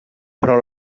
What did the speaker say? però